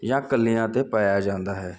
ਜਾਂ ਕਲੀਆਂ ਤੇ ਪਾਇਆ ਜਾਂਦਾ ਹੈ